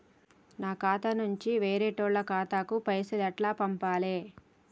నా ఖాతా నుంచి వేరేటోళ్ల ఖాతాకు పైసలు ఎట్ల పంపాలే?